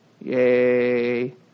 Yay